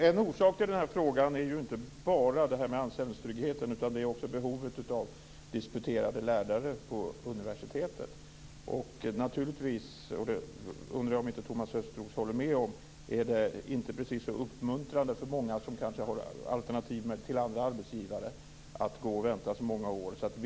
Fru talman! Anställningstryggheten är inte enda orsaken till frågan. Det är också behovet av disputerade lärare på universitetet. Det är naturligtvis inte precis uppmuntrande att gå och vänta i så många år för dem som har alternativa arbetsgivare. Det undrar jag om inte Thomas Östros håller med om.